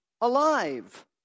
alive